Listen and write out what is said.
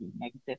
negative